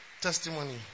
testimony